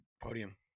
podium